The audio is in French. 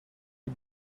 est